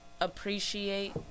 appreciate